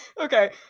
Okay